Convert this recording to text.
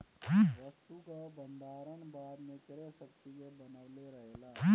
वस्तु कअ भण्डारण बाद में क्रय शक्ति के बनवले रहेला